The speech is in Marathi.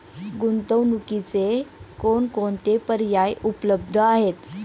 गुंतवणुकीचे कोणकोणते पर्याय उपलब्ध आहेत?